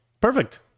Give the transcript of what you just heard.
Perfect